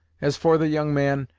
as for the young man,